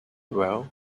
well